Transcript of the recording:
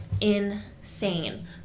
insane